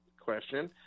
question –